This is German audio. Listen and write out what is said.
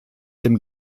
dem